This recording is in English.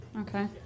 Okay